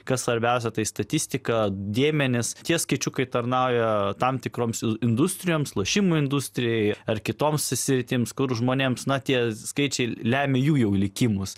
kas svarbiausia tai statistika dėmenys tie skaičiukai tarnauja tam tikroms industrijoms lošimų industrijai ar kitoms sritims kur žmonėms na tie skaičiai lemia jų jau likimus